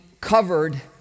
covered